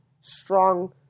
strong